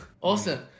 Awesome